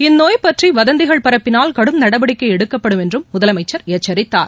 இந்நோய் பற்றி வதந்திகள் பரப்பினால் கடும் நடவடிக்கை எடுக்கப்படும் என்றும் முதலமைச்சள் எச்சித்தார்